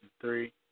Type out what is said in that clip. three